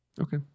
Okay